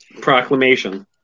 Proclamation